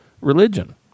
religion